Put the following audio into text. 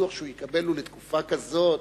הביטוח שהוא יקבל הוא לתקופה כזאת